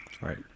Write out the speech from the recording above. Right